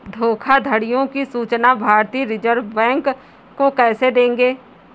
धोखाधड़ियों की सूचना भारतीय रिजर्व बैंक को कैसे देंगे?